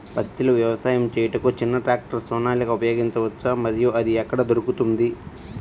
పత్తిలో వ్యవసాయము చేయుటకు చిన్న ట్రాక్టర్ సోనాలిక ఉపయోగించవచ్చా మరియు అది ఎక్కడ దొరుకుతుంది?